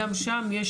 גם שם יש